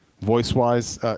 voice-wise